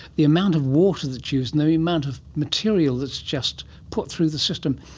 the amount of water that's used and the amount of material that's just put through the system,